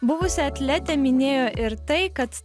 buvusi atletė minėjo ir tai kad